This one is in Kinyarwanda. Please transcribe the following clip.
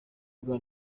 bwa